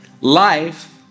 life